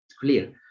clear